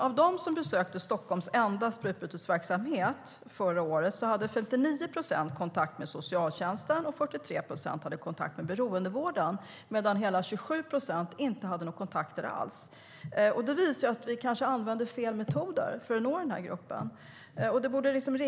Av de som besökte Stockholms enda sprututbytesverksamhet förra året hade 59 procent kontakt med socialtjänsten och 43 procent hade kontakt med beroendevården, medan hela 27 procent inte hade några kontakter alls. Det visar att vi kanske använder fel metoder för att nå den här gruppen.